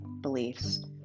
beliefs